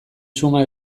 suma